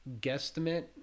guesstimate